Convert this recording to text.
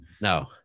No